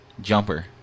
jumper